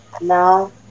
Now